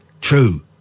true